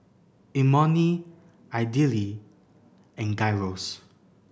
Imoni Idili and Gyros